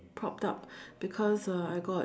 propped up because uh I got